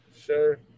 Sure